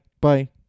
Bye